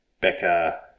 Becca